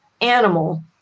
animal